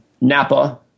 Napa